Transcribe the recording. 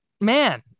man